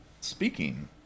speaking